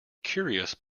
curious